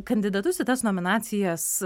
kandidatus į tas nominacijas